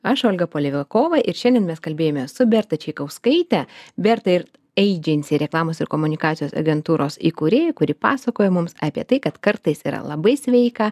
aš olga polevikova ir šiandien mes kalbėjome su berta čaikauskaite berta ir eidžensi reklamos ir komunikacijos agentūros įkūrėja kuri pasakojo mums apie tai kad kartais yra labai sveika